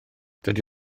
dydy